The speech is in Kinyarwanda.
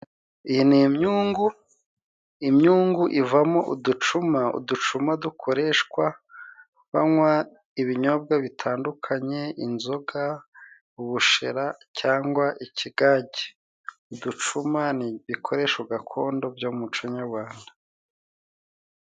Iyi ni imyungu, imyungu ivamo uducuma. Uducuma dukoreshwa banywa ibinyobwa bitandukanye; inzoga, ubushera cyangwa ikigage. Uducuma ni ibikoresho gakondo byo mu umuco nyarwanda.